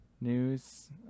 news